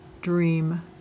Dream